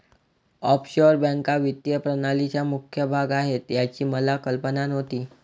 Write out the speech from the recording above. offshore बँका वित्तीय प्रणालीचा मुख्य भाग आहेत याची मला कल्पना नव्हती